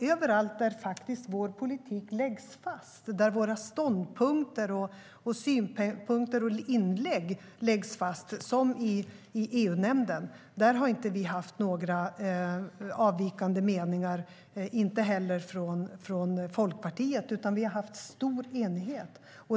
Ingenstans där vår politik läggs fast, där våra ståndpunkter, synpunkter och inlägg läggs fast, såsom i EU-nämnden, har vi haft några avvikande meningar - inte heller från Folkpartiet. Vi har haft stor enighet.